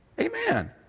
Amen